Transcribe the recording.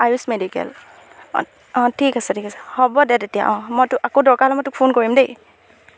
আয়ুস মেডিকেল অঁ অঁ ঠিক আছে ঠিক আছে হ'ব দে তেতিয়া অঁ মই তোক আকৌ দৰকাৰ হ'লে মই তোক ফোন কৰিম দেই